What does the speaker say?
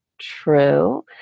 True